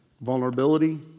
vulnerability